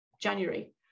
january